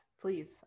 please